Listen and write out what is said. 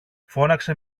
φώναξε